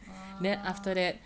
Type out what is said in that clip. orh